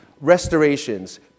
restorations